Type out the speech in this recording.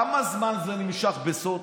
כמה זמן זה נמשך בסוד?